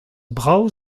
brav